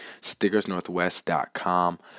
stickersnorthwest.com